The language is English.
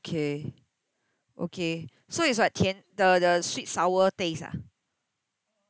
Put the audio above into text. okay okay so it's what 甜 the the sweet sour taste ah